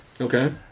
Okay